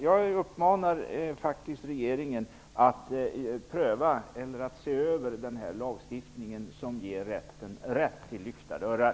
Jag uppmanar faktiskt regeringen att se över den här lagstiftningen, som ger rätten rätt till lyckta dörrar.